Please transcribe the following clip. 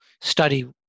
study